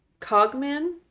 Cogman